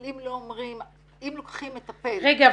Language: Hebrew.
אבל אם לוקחים מטפל -- רגע,